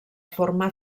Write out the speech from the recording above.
forma